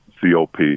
COP